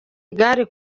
igare